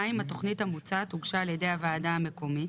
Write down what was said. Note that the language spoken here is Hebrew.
התוכנית המוצעת הוגשה על ידי הוועדה המקומית,